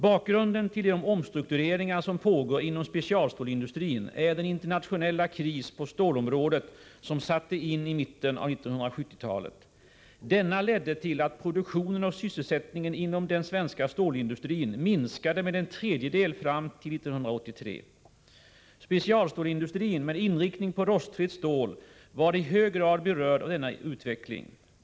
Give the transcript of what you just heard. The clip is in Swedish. Bakgrunden till de omstruktureringar som pågår inom specialstålsindustrin är den internationella kris på stålområdet som satte in i mitten av 1970-talet. Denna ledde till att produktionen och sysselsättningen inom den svenska stålindustrin minskade med en tredjedel fram till år 1983. Specialstålsindustrin med inriktning på rostfritt stål var i hög grad berörd av denna utveckling.